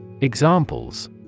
Examples